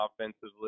Offensively